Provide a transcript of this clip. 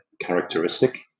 characteristic